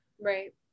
Right